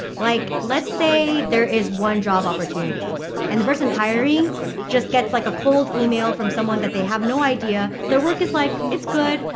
like, let's say there is one job opportunity and the person hiring just gets like a cold email from someone that they have no idea their work is like, it's good.